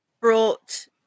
brought